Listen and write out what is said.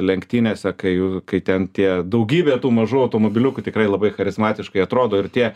lenktynėse kai kai ten tie daugybė tų mažų automobiliukų tikrai labai charizmatiškai atrodo ir tie